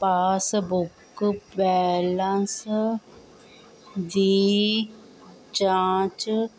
passbook balance ਦੀ ਜਾਂਚ